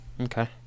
Okay